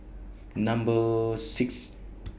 Number six